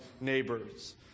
neighbors